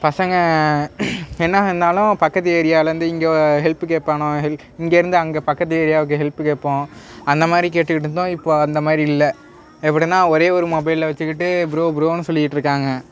பசங்கள் என்ன வேணும்னாலும் பக்கத்து ஏரியாலேருந்து இங்க ஹெல்ப் கேப்பானுக ஹெல்ப் இங்கேருந்து அங்கே பக்கத்து ஏரியாவுக்கு ஹெல்ப் கேட்போம் அந்த மாதிரி கேட்டுகிட்டு இருந்தோம் இப்போது அந்த மாதிரி இல்லை எப்படினா ஒரே ஒரு மொபைலை வச்சிக்கிட்டு ப்ரோ ப்ரோன்னு சொல்லிகிட்ருக்காங்க